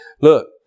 look